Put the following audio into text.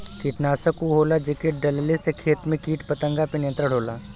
कीटनाशक उ होला जेके डलले से खेत में कीट पतंगा पे नियंत्रण होला